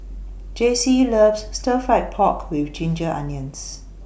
Jacey loves Stir Fried Pork with Ginger Onions